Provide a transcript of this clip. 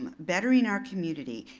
um bettering our community,